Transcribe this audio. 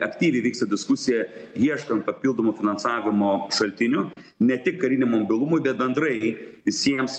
aktyviai vyksta diskusija ieškant papildomų finansavimo šaltinių ne tik kariniam mobilumui bet bendrai visiems